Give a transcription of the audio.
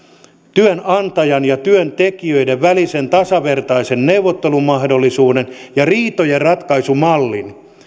työnantajan ja työntekijöiden välisen tasavertaisen neuvottelumahdollisuuden ja riitojen ratkaisumallin